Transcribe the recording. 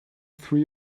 three